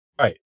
Right